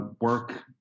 work